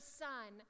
son